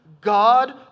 God